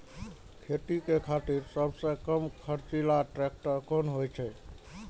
खेती के खातिर सबसे कम खर्चीला ट्रेक्टर कोन होई छै?